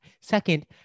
second